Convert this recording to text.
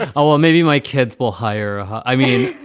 ah oh, well, maybe my kids will hire. i mean,